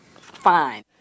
Fine